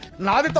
not?